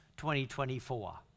2024